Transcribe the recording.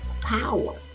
power